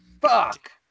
Fuck